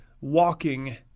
walking